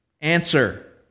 Answer